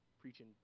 preaching